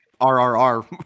RRR